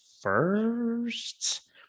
first